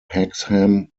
hexham